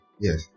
Yes